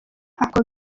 ako